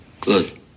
Good